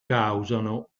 causano